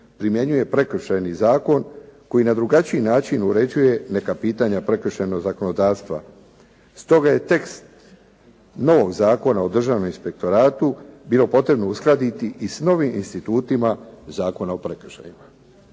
primjenjuje Prekršajni zakon koji na drugačiji način uređuje neka pitanja prekršajnog zakonodavstva. Stoga je tekst novog Zakona o Državnom inspektoratu bilo potrebno uskladiti i s novim institutima Zakona o prekršajima.